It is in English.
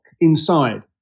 inside